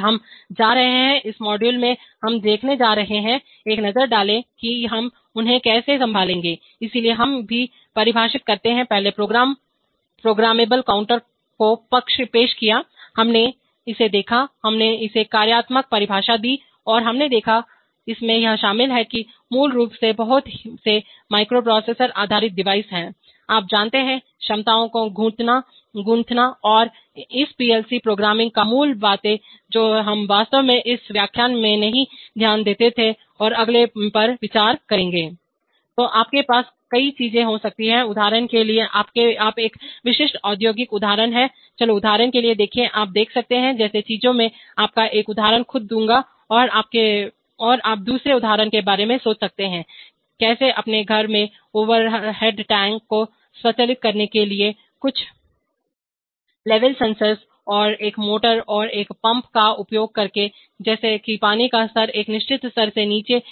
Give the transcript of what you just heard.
और हम जा रहे हैं इस मॉड्यूल में हम देखने जा रहे हैं एक नज़र डालें कि हम उन्हें कैसे संभालेंगे इसलिए हम भी परिभाषित करते हैं पहले प्रोग्राम प्रोग्रामेबल कंट्रोलर को पेश किया हमने इसे देखा हमने इसे कार्यात्मक परिभाषा दी और हमने देखा इसमें यह शामिल है कि यह मूल रूप से बहुत से माइक्रोप्रोसेसर आधारित डिवाइस है आप जानते हैं क्षमताओं को गूंथना और इस पीएलसी प्रोग्रामिंग की मूल बातें जो हम वास्तव में इस व्याख्यान में नहीं ध्यान देते थे और हम अगले पर विचार करेंगे तो आपके पास कई चीजें हो सकती हैं उदाहरण के लिए आप एक विशिष्ट औद्योगिक उदाहरण हैं चलो उदाहरण के लिए देखें आप देख सकते हैं जैसे चीजें मैं आपको एक उदाहरण खुद दूंगा और आप दूसरे उदाहरण के बारे में सोच सकते हैं कैसे अपने घर में ओवरहेड टैंक को स्व चालित करने के लिए कुछ लेवल सेंसर और एक मोटर और एक पंप का उपयोग करके जैसे कि पानी का स्तर एक निश्चित स्तर से नीचे